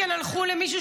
אזרחים.